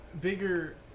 bigger